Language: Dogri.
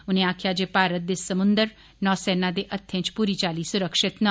उनें आक्खेआ जे भारत दे समुन्द्र नौसेना दे हत्थैं च पूरी चाल्ली सुरक्षित न